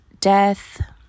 death